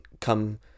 come